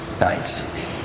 nights